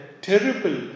terrible